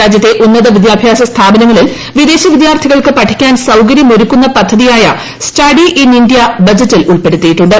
രാജ്യത്തെ ഉന്നത വിദ്യാഭ്യാസ സ്ഥാപനങ്ങളിൽ വിദേശ വിദ്യാർത്ഥികൾക്ക് പഠിക്കാൻ സൌകര്യം ഒരുക്കുന്ന പദ്ധതിയായ സ്റ്റഡി ഇൻ ഇന്ത്യ ബജറ്റിൽ ഉൾപ്പെടുത്തിയിട്ടുണ്ട്